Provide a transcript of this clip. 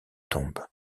tombe